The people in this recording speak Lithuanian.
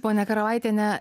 ponia karavaitiene